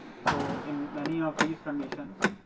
so, in many of these conditions,